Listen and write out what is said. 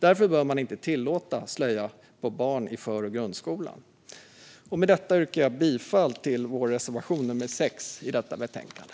Därför bör man inte tillåta slöja på barn i för och grundskolan. Med detta yrkar jag bifall till vår reservation nummer 6 i detta betänkande.